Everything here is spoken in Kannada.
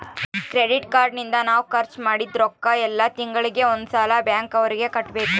ಕ್ರೆಡಿಟ್ ಕಾರ್ಡ್ ನಿಂದ ನಾವ್ ಖರ್ಚ ಮದಿದ್ದ್ ರೊಕ್ಕ ಯೆಲ್ಲ ತಿಂಗಳಿಗೆ ಒಂದ್ ಸಲ ಬ್ಯಾಂಕ್ ಅವರಿಗೆ ಕಟ್ಬೆಕು